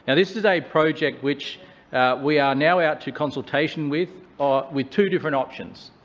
and this is a project which we are now out to consultation with, ah with two different options.